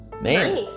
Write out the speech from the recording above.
Man